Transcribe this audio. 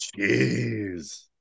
Jeez